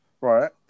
right